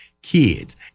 Kids